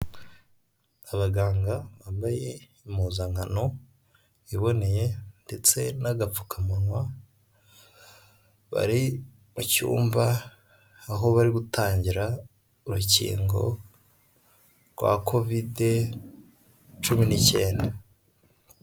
Abaganga bambaye impuzankano iboneye ndetse n'agapfukamunwa, bari mucyumba aho bari gutangira urukingo rwa kovide cumi n'icyenda.